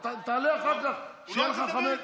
עזוב.